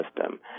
system